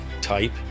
type